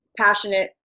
passionate